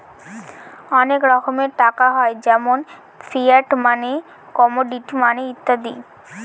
অনেক রকমের টাকা হয় যেমন ফিয়াট মানি, কমোডিটি মানি ইত্যাদি